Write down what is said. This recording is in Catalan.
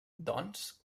doncs